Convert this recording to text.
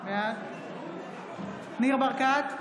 בעד ניר ברקת,